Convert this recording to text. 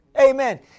Amen